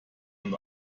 und